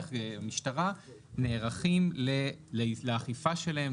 איך המשטרה נערכים לאכיפה שלהם,